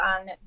on